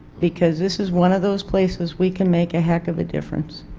because this is one of those places we can make a heckuva difference.